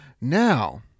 Now